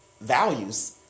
values